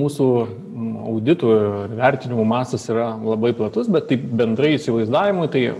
mūsų auditu vertinimų mastas yra labai platus bet taip bendrai įsivaizdavimui tai